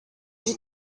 you